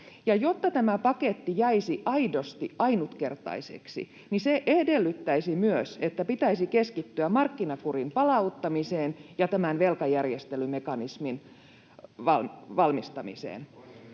jotta tämä paketti jäisi aidosti ainutkertaiseksi, niin se edellyttäisi myös, että pitäisi keskittyä markkinakurin palauttamiseen ja tämän velkajärjestelymekanismin valmistamiseen.